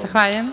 Zahvaljujem.